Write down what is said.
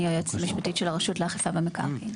אני היועצת המשפטית של הרשות לאכיפה במקרקעין.